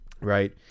Right